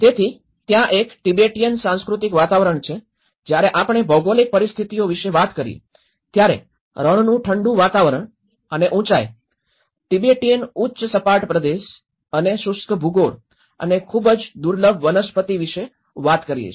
તેથી ત્યાં એક તિબેટીયન સાંસ્કૃતિક વાતાવરણ છે જ્યારે આપણે ભૌગોલિક પરિસ્થિતિઓ વિશે વાત કરીએ ત્યારે રણનું ઠંડુ વાતાવરણ અને ઉંચાઈ તિબેટીયન ઉચ્ચ સપાટ પ્રદેશ અને શુષ્ક ભૂગોળ અને ખૂબ જ દુર્લભ વનસ્પતિ વિશે વાત કરીયે છીએ